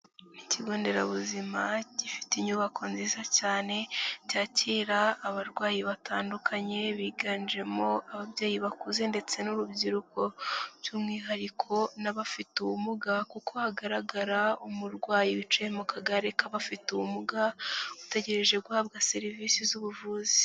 Ikigo nderabuzima gifite inyubako nziza cyane cyakira abarwayi batandukanye biganjemo ababyeyi bakuze ndetse n'urubyiruko by'umwihariko n'abafite ubumuga kuko hagaragara umurwayi wicaye mu kagare k'abafite ubumuga utegereje guhabwa serivisi z'ubuvuzi.